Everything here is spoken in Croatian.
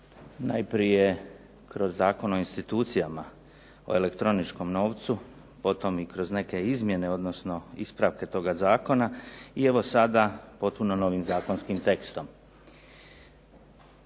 najprije kroz Zakon o institucijama o elektroničkom novcu potom i kroz neke izmjene, odnosno ispravke toga zakona i evo sada potpuno novim zakonskim tekstom.